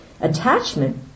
Attachment